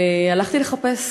והלכתי לחפש,